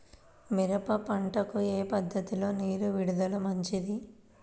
మిరప పంటకు ఏ పద్ధతిలో నీరు విడుదల మంచిది?